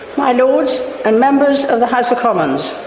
my lords and members of the house of commons.